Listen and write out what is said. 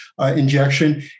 injection